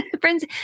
friends